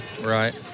Right